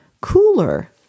cooler